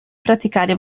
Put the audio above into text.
praticare